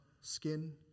skin